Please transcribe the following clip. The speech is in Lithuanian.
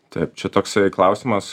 taip čia toks klausimas